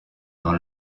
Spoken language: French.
dans